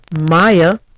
maya